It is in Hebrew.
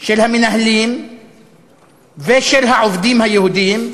של המנהלים ושל העובדים היהודים,